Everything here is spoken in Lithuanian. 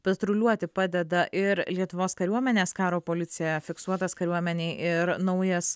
patruliuoti padeda ir lietuvos kariuomenės karo policija fiksuotas kariuomenėj ir naujas